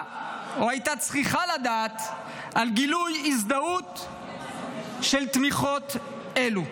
ידעה או הייתה צריכה לדעת על גילויי הזדהות או תמיכה אלו.